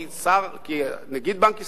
כי נגיד בנק ישראל,